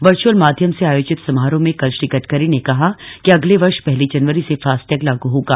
virtual माध्यम से आयोजित समारोह में कल श्री गडकरी ने कहा कि अगले वर्ष पहली जनवरी से फास्टैग लागू होगा